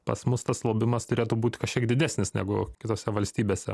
pas mus tas slobimas turėtų būti kažkiek didesnis negu kitose valstybėse